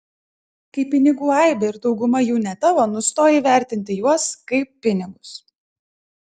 kai pinigų aibė ir dauguma jų ne tavo nustoji vertinti juos kaip pinigus